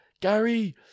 Gary